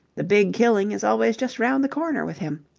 the big killing is always just round the corner with him.